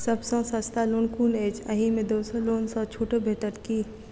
सब सँ सस्ता लोन कुन अछि अहि मे दोसर लोन सँ छुटो भेटत की?